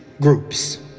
groups